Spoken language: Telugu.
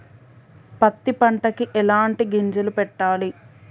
పత్తి పంటకి ఎలాంటి గింజలు పెట్టాలి?